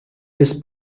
this